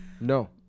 no